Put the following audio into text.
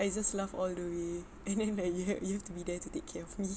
I just laugh all the way and then that you had you have to be there to take care of me